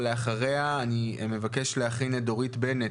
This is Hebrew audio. ואחריה דורית בנט,